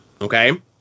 Okay